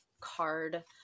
card